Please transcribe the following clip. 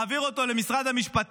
הוא מעביר אותו למשרד המשפטים,